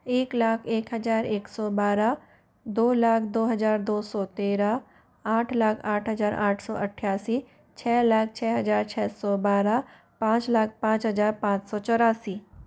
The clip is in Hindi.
एक लाख एक हज़ार एक सौ बारह दो लाख दो हज़ार दो सौ तेरह आठ लाख आठ हज़ार आठ सौ अठासी छ लाख छ हज़ार छ सौ बारह पांच लाख पांच हज़ार पाँच सौ चौरासी